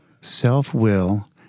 Self-will